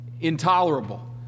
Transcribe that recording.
intolerable